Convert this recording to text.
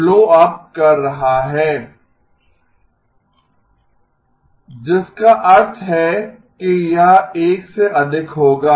blow up कर रहा है जिसका अर्थ है कि यह 1 से अधिक होगा